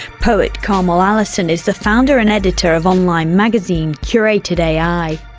poet, karmel allison is the founder and editor of online magazine curated ai.